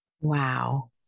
Wow